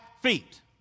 feet